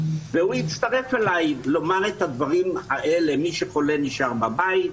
והוא הצטרף אליי לומר את הדברים האלה: מי שחולה נשאר בבית,